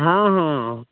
हँ हँ